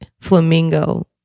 flamingo